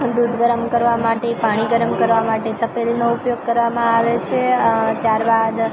દૂધ ગરમ કરવા માટે પાણી ગરમ કરવા માટે તપેલીનો ઉપયોગ કરવામાં આવે છે ત્યારબાદ